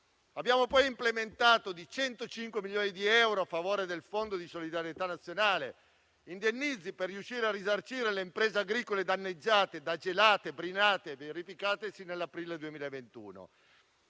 Abbiamo implementato poi di 105 milioni di euro il Fondo di solidarietà nazionale per indennizzi per riuscire a risarcire le imprese agricole danneggiate da gelate e brinate verificatesi nell'aprile del 2021.